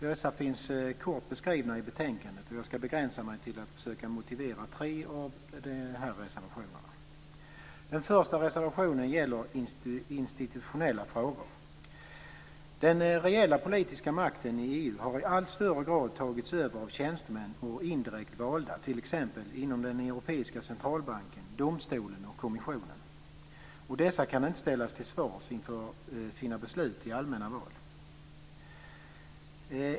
Dessa finns kort beskrivna i betänkandet, och jag skall begränsa mig till att försöka motivera tre av dessa reservationer. Den första reservationen gäller institutionella frågor. Den reella politiska makten i EU har i allt större grad tagits över av tjänstemän och indirekt valda, t.ex. inom den europeiska centralbanken, domstolen och kommissionen. Dessa kan inte ställas till svars för sina beslut i allmänna val.